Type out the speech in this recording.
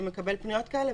שמקבל פניות כאלה,